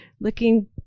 looking